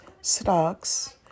stocks